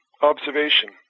observation